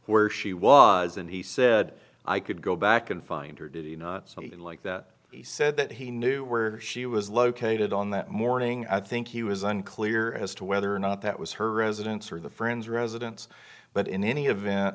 where she was and he said i could go back and find her did he not like that he said that he knew where she was located on that morning i think he was unclear as to whether or not that was her residence or the friend's residence but in any event